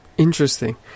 Interesting